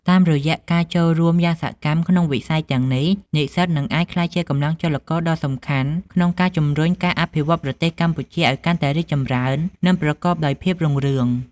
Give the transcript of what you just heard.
តាមរយៈការចូលរួមយ៉ាងសកម្មក្នុងវិស័យទាំងនេះ និស្សិតនឹងក្លាយជាកម្លាំងចលករដ៏សំខាន់ក្នុងការជំរុញការអភិវឌ្ឍន៍ប្រទេសកម្ពុជាឲ្យកាន់តែរីកចម្រើន និងប្រកបដោយភាពរុងរឿង។